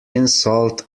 insult